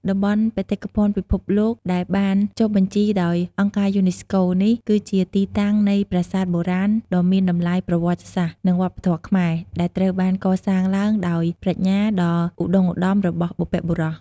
តំបន់បេតិកភណ្ឌពិភពលោកដែលបានចុះបញ្ជីដោយអង្គការយូណេស្កូនេះ គឺជាទីតាំងនៃប្រាសាទបុរាណដ៏មានតម្លៃប្រវត្តិសាស្ត្រ និងវប្បធម៌ខ្មែរ ដែលត្រូវបានកសាងឡើងដោយប្រាជ្ញាដ៏ឧត្ដុង្គឧត្ដមរបស់បុព្វបុរស។